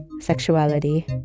sexuality